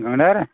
گَنٛدہار ہا